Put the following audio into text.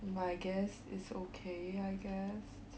but I guess it's okay I guess